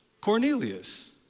Cornelius